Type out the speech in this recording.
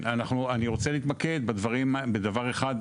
אני רוצה להתמקד בדבר אחד,